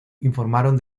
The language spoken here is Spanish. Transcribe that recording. informaron